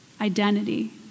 identity